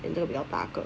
and 这个比较大个